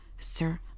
sir